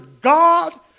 God